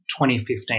2015